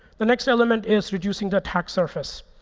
the next element is reducing the attack surface.